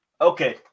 okay